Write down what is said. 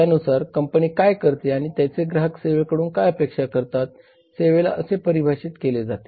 त्यानुसार कंपनी काय करते आणि त्याचे ग्राहक सेवेकडून काय अपेक्षा करतात सेवेला असे परिभाषित केले जाते